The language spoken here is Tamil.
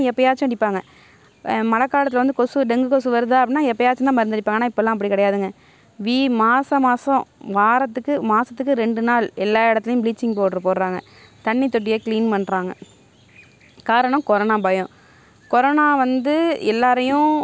அதனால் வந்து பார்த்திங்கன்னா இப்போ தமிழில் இப்போ வந்து இப்போ ஒரு எக்ஸாமை எதிர்கொள்கிறதா இருக்கும் இப்போ தமிழில் தமிழ் மொழியில் வர எக்ஸாம் மட்டும் தான் இவங்க அட்டென்ட் பண்ண முடியிது இங்கிலீஷில் வரதை வந்து இவங்க கொஞ்சம் தவிர்க்கிறாங்க ஏன்னா அவங்களுக்கு வந்து ஆங்கில நாலேஜ்ஜி அறிவு வந்து கொஞ்சம் கம்மியாகவே இருக்கு